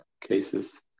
cases